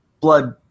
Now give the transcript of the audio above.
blood